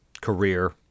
career